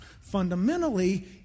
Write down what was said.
fundamentally